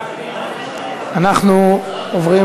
אנחנו עוברים